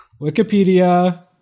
Wikipedia